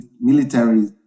military